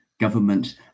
government